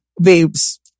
babes